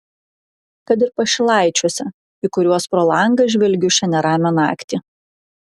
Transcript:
kad ir pašilaičiuose į kuriuos pro langą žvelgiu šią neramią naktį